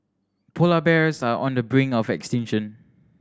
polar bears are on the brink of extinction